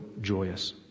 joyous